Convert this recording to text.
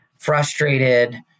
Frustrated